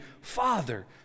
father